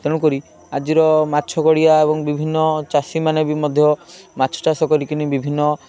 ତେଣୁକରି ଆଜିର ମାଛ ଗଡ଼ିଆ ଏବଂ ବିଭିନ୍ନ ଚାଷୀମାନେ ବି ମଧ୍ୟ ମାଛ ଚାଷ କରିକିନି ବିଭିନ୍ନ